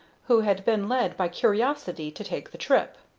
who had been led by curiosity to take the trip.